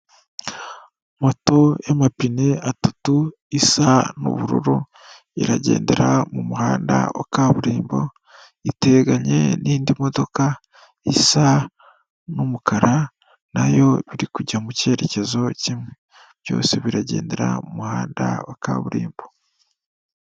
Moto y'amapine atatu isa n'ubururu iragendera mu muhanda wa kaburimbo, iteganye n'indi modoka isa umukara nayo biri kujya mu cyerekezo kimwe byose biragendera mu muhanda wa kaburimbo.